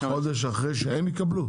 חודש אחרי שהם יקבלו?